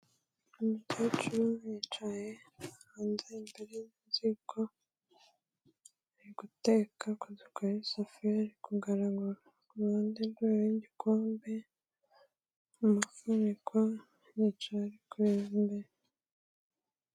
Umukecuru yicaye hanze imbere y'inziko ari guteka kudukoresha safari kugaragaragara ku ruhande rw''igikombe numufunikwa yicaye ari kureba imbere.